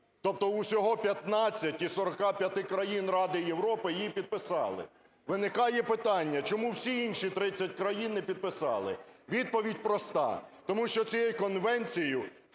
Тобто усього 15 із 45 країн Ради Європи її підписали. Виникає питання: чому всі інші 30 країн не підписали? Відповідь проста: тому що цією конвенцією фактично